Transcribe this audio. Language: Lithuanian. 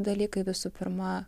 dalykai visų pirma